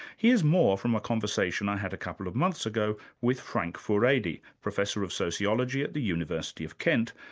here's more from a conversation i had a couple of months ago with frank furedi, professor of sociology at the university of kent,